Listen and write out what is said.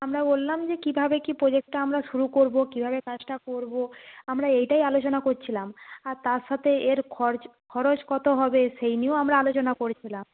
আমরা বললাম যে কীভাবে কি প্রোজেক্টটা আমরা শুরু করবো কীভাবে কাজটা করবো আমরা এইটাই আলোচনা করছিলাম আর তার সাথে এর খরচ খরচ কতো হবে সেই নিয়েও আমরা আলোচনা করেছিলাম